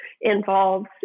involves